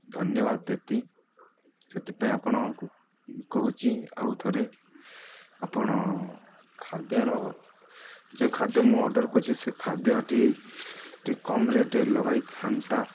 ଧନ୍ୟବାଦ ଦେତିି ସେଥିପାଇଁ ଆପଣ କହୁଛି ଆଉ ଥରେ ଆପଣ ଖାଦ୍ୟର ଯେଉଁ ଖାଦ୍ୟ ମୁଁ ଅର୍ଡ଼ର୍ କରିଛି ସେ ଖାଦ୍ୟଟି ଟିକିଏ କମ୍ ରେଟ୍ ଲଗାଇଥାନ୍ତ